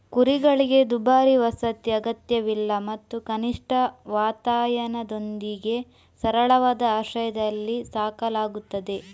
ಕುರಿಗಳಿಗೆ ದುಬಾರಿ ವಸತಿ ಅಗತ್ಯವಿಲ್ಲ ಮತ್ತು ಕನಿಷ್ಠ ವಾತಾಯನದೊಂದಿಗೆ ಸರಳವಾದ ಆಶ್ರಯದಲ್ಲಿ ಸಾಕಲಾಗುತ್ತದೆ